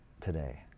today